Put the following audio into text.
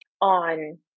on